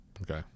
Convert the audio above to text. okay